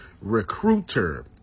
Recruiter